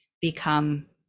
become